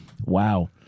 wow